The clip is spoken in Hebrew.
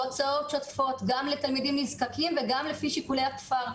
להוצאות שוטפות גם לתלמידים נזקקים וגם לפי שיקולי הכפר.